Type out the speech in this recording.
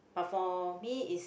but for me is